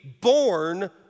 born